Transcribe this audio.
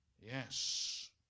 Yes